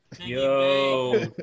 Yo